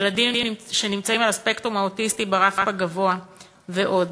ילדים בספקטרום האוטיסטי ברף הגבוה ועוד.